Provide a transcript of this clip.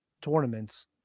tournaments